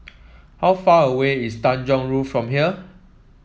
how far away is Tanjong Rhu from here